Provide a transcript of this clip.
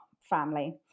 family